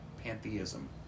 Pantheism